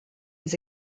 his